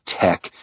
tech